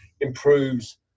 improves